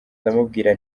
ndamubwira